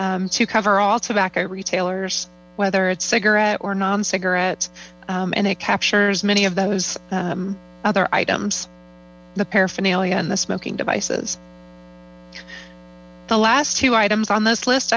to cover all tobacco retailers whether it's cigaret or non cigarets and it captures m my o othosos other items the paraphernalia and the smoking devices the last two items on this list